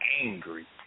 angry